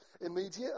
Immediate